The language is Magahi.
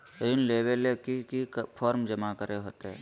ऋण लेबे ले की की फॉर्म जमा करे होते?